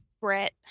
Brett